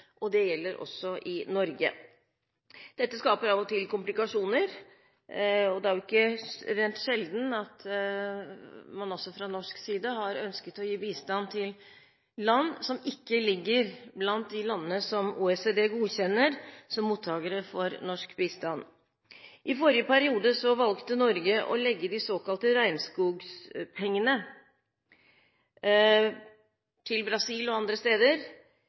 godkjennes. Det gjelder også i Norge. Dette skaper av og til komplikasjoner. Det er ikke rent sjelden at man også fra norsk side har ønsket å gi bistand til land som ikke er blant de landene OECD godkjenner som mottakere av norsk bistand. I forrige periode valgte Norge å legge de såkalte regnskogpengene til Brasil og andre steder